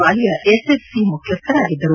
ವಾಲಿಯಾ ಎಸ್ಎಫ್ಸಿಯ ಮುಖ್ಯಸ್ಥರಾಗಿದ್ದರು